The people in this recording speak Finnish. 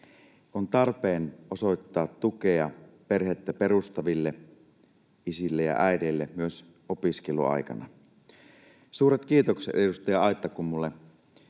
On tarpeen osoittaa tukea perhettä perustaville isille ja äideille myös opiskeluaikana. Suuret kiitokset edustaja Aittakummulle